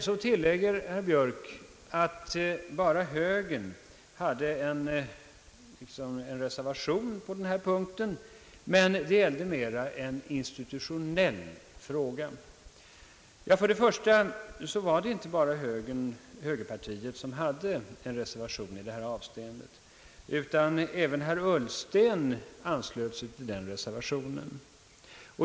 Så tillägger herr Björk att bara högern hade en reservation på denna punkt, men det är ännu mera en institutionell fråga. Först och främst var det inte bara högerpartiet som hade avgivit en reservation i detta avseende, utan även herr Ullsten anslöt sig till denna reservation.